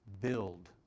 build